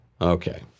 Okay